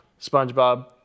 spongebob